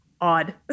odd